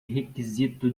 requisito